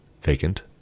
vacant